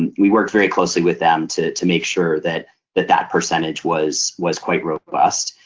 and we worked very closely with them to to make sure that that that percentage was was quite robust.